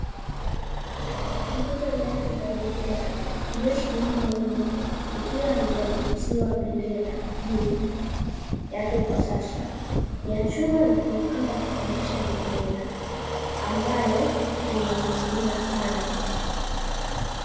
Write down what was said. Nguzo ndefu za bendera iliyosimama wima ikiwa haijavutiwa bendera juu yake kwa sasa, ni ya chuma na kuna kamba ya kupandisha bendera ambayo imening'inia kando.